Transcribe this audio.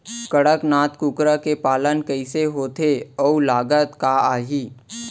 कड़कनाथ कुकरा के पालन कइसे होथे अऊ लागत का आही?